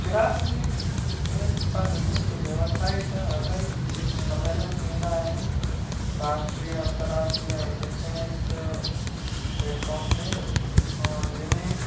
गुजरात में हींअर पाणि ॾिसूं त व्यवसाय जा इलाही सम्मेलन थींदा आहिनि राष्ट्रीअ अंतराष्ट्रीअ शैक्षणिक त प्लेटफॉम ते जंहिं में